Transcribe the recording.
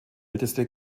älteste